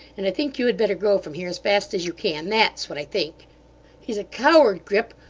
and i think you had better go from here, as fast as you can. that's what i think he's a coward, grip,